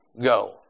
go